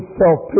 self